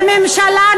מה זה שייך למשאל עם?